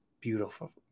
beautiful